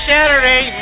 Saturday